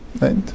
right